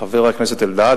חבר הכנסת אלדד,